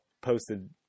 posted